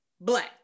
Black